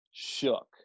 Shook